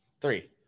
Three